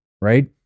right